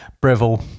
Breville